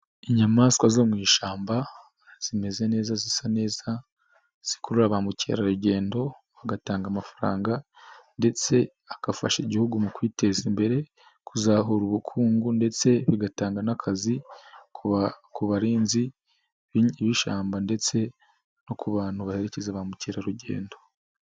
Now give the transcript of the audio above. Inyamaswa zo mu ishyamba zimeze neza zisa neza, zikurura ba mukerarugendo bagatanga amafaranga ndetse agafasha Igihugu mu kwiteza imbere, kuzahura ubukungu ndetse bigatanga n'akazi ku barinzi b'ishyamba ndetse no ku bantu baherekeza ba mukerarugendo.